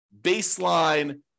baseline